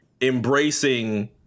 embracing